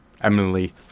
eminently